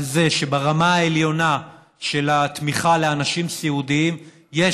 על זה שברמה העליונה של התמיכה לאנשים סיעודיים יש